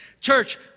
Church